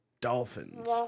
dolphins